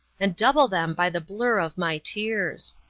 and double them by the blur of my tears.